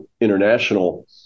international